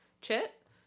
Chip